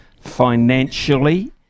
financially